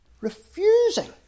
refusing